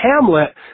Hamlet